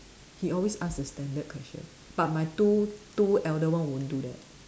he always ask the standard question but my two two elder one won't do that